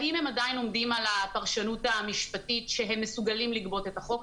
האם הם עדיין עומדים על הפרשנות המשפטית שהם מסוגלים לגבות את החוב,